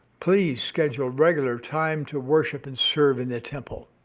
please schedule regular time to worship and serve in the temple.